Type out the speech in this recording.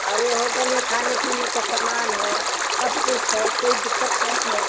अरे होटल में खाने पीने का सामान है सब कुछ है कोई दिक्कत नहीं है